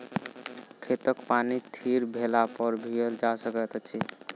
खेतक पानि थीर भेलापर पीयल जा सकैत अछि